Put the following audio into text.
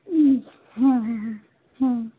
হুম হ্যাঁ হ্যাঁ হ্যাঁ হুম